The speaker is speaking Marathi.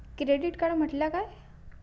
क्रेडिट कार्ड म्हटल्या काय?